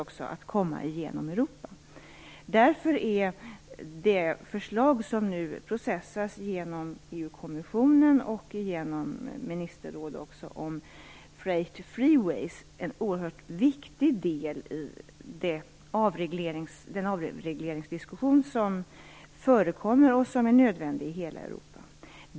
Därför är det förslag om freight freeways som nu processas genom EU kommissionen och genom ministerrådet en oerhört viktig del i den avregleringsdiskussion som förekommer och som är nödvändig i hela Europa.